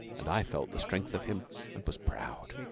and i felt the strength of him and was proud.